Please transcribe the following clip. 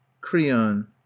Creon